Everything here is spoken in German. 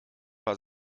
war